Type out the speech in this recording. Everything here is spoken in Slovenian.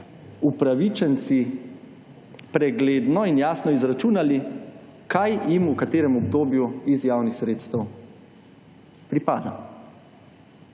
upravičenci pregledno in jasno izračunali kaj jim v katerem obdobju iz javnih sredstev pripada.